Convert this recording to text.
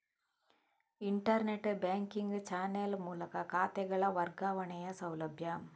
internet banking channel ಮೂಲಕ ಖಾತೆಗಳ ವರ್ಗಾವಣೆಯ ಸೌಲಭ್ಯ